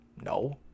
No